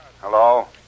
Hello